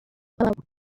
babo